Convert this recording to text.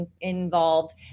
involved